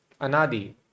Anadi